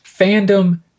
fandom